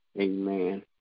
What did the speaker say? Amen